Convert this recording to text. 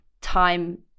time